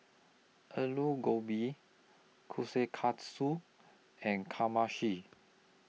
Alu Gobi Kushikatsu and Kamameshi